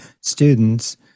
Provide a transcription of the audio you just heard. students